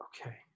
Okay